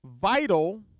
vital